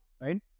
right